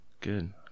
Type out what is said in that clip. Good